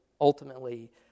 ultimately